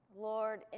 Lord